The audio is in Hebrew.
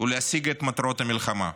ולהשיג את מטרות המלחמה.